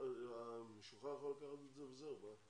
המשוחרר יכול לקחת וזהו.